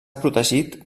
protegit